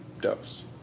dose